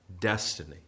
destiny